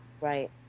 Right